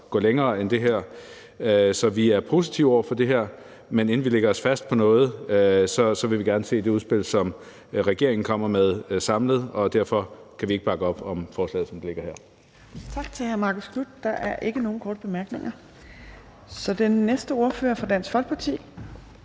går længere end det her. Så vi er positive over for de her forslag, men inden vi lægger os fast på noget, vil vi gerne se det samlede udspil, som regeringen kommer med. Derfor kan vi ikke bakke op om forslagene, som ligger her.